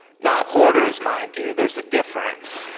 not hoarders, mind you, there's a difference.